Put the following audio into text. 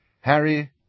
Harry